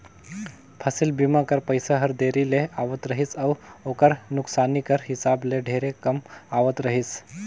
फसिल बीमा कर पइसा हर देरी ले आवत रहिस अउ ओकर नोसकानी कर हिसाब ले ढेरे कम आवत रहिस